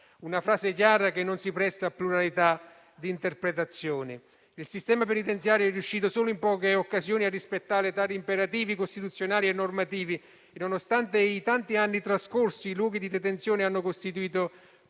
una frase chiara, che non si presta a pluralità di interpretazioni. Il sistema penitenziario è riuscito solo in poche occasioni a rispettare tali imperativi costituzionali e normativi e, nonostante i tanti anni trascorsi, i luoghi di detenzione hanno costituito sempre